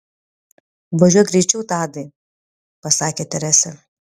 važiuok greičiau tadai pasakė teresė